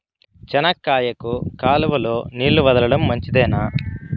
చెనక్కాయకు కాలువలో నీళ్లు వదలడం మంచిదేనా?